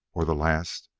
or the last,